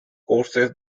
courses